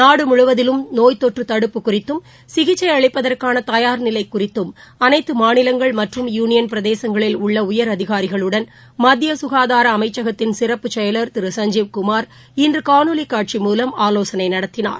நாடு முழுவதிலும் நோய்த்தொற்று தடுப்பு குறித்தும் சிகிச்சை அளிப்பதற்கான தயார் நிலை குறித்தும் அளைத்து மாநிலங்கள் மற்றும் யுனியள் பிரதேசங்களில் உள்ள உயரதிகாரிகளுடன் மத்திய சுகாதார அமைச்சகத்தின் சிறப்பு செயவர் திரு சஞ்ஜீவ் குமார் இன்று காணொலி காட்சி மூலம் ஆவோசனை நடத்தினார்